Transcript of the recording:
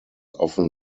often